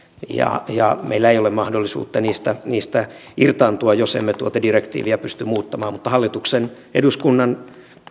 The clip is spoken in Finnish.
ja ja meillä ei ole mahdollisuutta niistä niistä irtaantua jos emme tuota direktiiviä pysty muuttamaan mutta hallituksen pitää eduskunnan